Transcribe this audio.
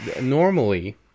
normally